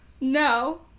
No